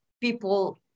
people